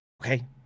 Okay